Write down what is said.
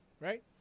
right